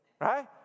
right